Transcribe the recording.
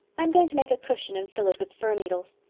i'm going to make a cushion and fill it with fir needles.